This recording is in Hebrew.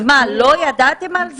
אז מה, לא ידעתם על זה?